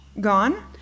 Gone